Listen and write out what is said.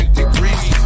degrees